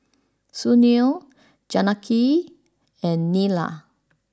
Sunil Janaki and Neila